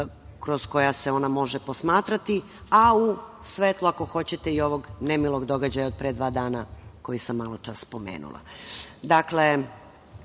kroz koja se ona može posmatrati, a u svetlu, ako hoćete, i ovog nemilog događaja od pre dva dana koji sam maločas spomenula. Dakle,